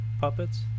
puppets